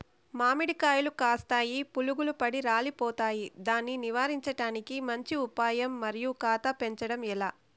మామిడి కాయలు కాస్తాయి పులుగులు పడి రాలిపోతాయి దాన్ని నివారించడానికి మంచి ఉపాయం మరియు కాత పెంచడము ఏలా?